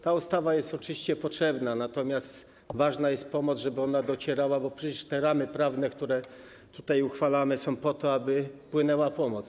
Ta ustawa jest oczywiście potrzebna, natomiast ważna jest pomoc, ważne jest to, żeby ona docierała, bo przecież te ramy prawne, które tutaj uchwalamy, są po to, aby płynęła pomoc.